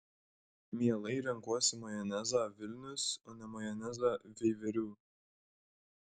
mielai renkuosi majonezą vilnius o ne majonezą veiverių